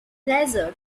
desert